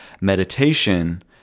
Meditation